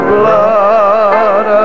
blood